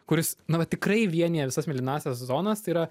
kuris na va tikrai vienija visas mėlynąsias zonas tai yra